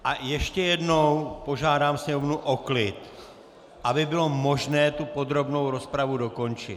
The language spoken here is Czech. A ještě jednou požádám sněmovnu o klid, aby bylo možné podrobnou rozpravu dokončit...